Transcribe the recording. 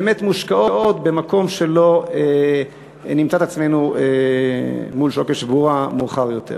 באמת מושקעות במקום שבו לא נמצא את עצמנו מול שוקת שבורה מאוחר יותר?